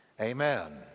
amen